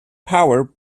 power